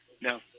no